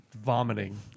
vomiting